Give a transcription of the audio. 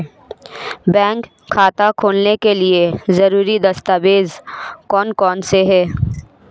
Bank खाता खोलने के लिए ज़रूरी दस्तावेज़ कौन कौनसे हैं?